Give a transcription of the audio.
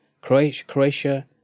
Croatia